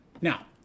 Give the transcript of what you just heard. Now